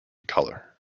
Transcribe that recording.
colour